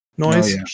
Noise